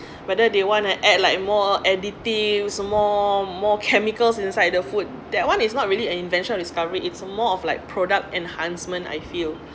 whether they want to add like more additives some more more chemicals inside the food that one is not really an invention of discovery it's more of like product enhancement I feel